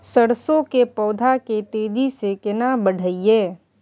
सरसो के पौधा के तेजी से केना बढईये?